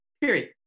period